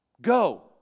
Go